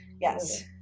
Yes